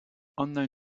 unknown